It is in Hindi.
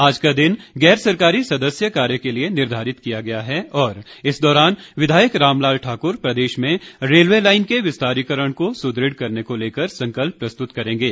आज का दिन गैर सरकारी सदस्य कार्य के लिए निर्धारित किया गया है और इस दौरान विधायक रामलाल ठाकुर प्रदेश में रेलवे लाइन के विस्तारीकरण को सुदृढ़ करने को लेकर संकल्प प्रस्तुत करेंगे